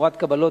תמורת קבלות,